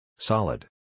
Solid